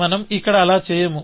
మనం ఇక్కడ అలా చేయము